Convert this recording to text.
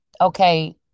okay